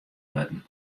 wurden